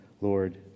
Lord